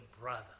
brother